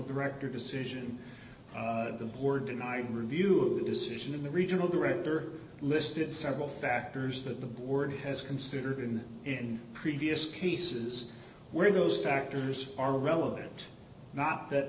director decision the board tonight review a decision in the regional director listed several factors that the board has considered and in previous cases where those factors are relevant not that